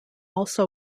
also